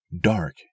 Dark